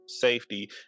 safety